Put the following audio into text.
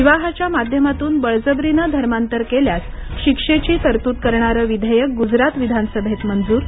विवाहाच्या माध्यमातून बळजबरीनं धर्मांतर केल्यास शिक्षेची तरतूद करणारं विधेयक गुजरात विधानसभेत मंजूर